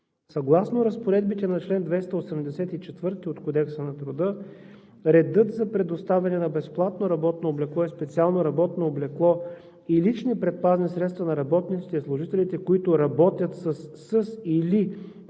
Съгласно разпоредбите на чл. 284 от Кодекса на труда, редът за предоставяне на безплатно работно облекло и специално работно облекло и лични предпазни средства на работниците и служителите, които работят със или